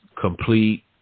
complete